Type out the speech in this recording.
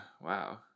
wow